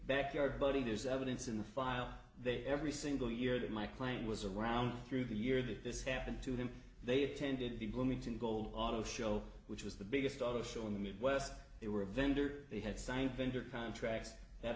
backyard buddy there's evidence in the file that every single year that my client was around through the year that this happened to him they attended the bloomington gold auto show which was the biggest auto show in the midwest they were a vendor they had signed vendor contracts that